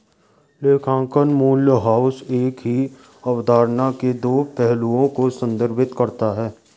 लेखांकन में मूल्यह्रास एक ही अवधारणा के दो पहलुओं को संदर्भित करता है